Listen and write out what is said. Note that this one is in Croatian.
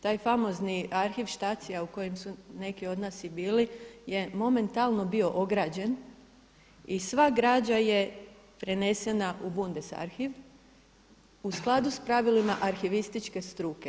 Taj famozni arhiv Stacie u kojem su neki od nas i bili je momentalno bio ograđen i sva građa je prenesena u Bundes arhiv u skladu s pravilima arhivističke struke.